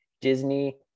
Disney